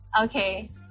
Okay